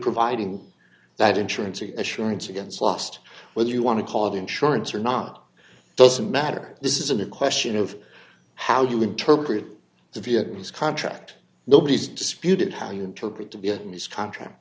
providing that insurance an assurance against lost whether you want to call it insurance or not doesn't matter this isn't a question of how you interpret the vietnamese contract nobody's disputed how you interpret to be in this contract